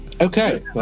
Okay